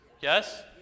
Yes